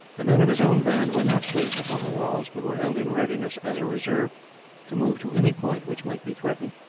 the men of his own band were not placed upon the walls, but were held in readiness as a reserve to move to any point which might be threatened,